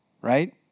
right